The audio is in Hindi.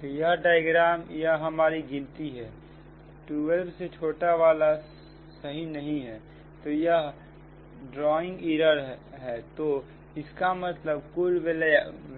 तो यह डायग्राम यह हमारी गिनती है 12से छोटा वाला सही नहीं है तो यहां ड्रॉइंग एरर तो इसका मतलब कुल